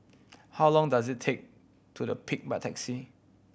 how long does it take to The Peak by taxi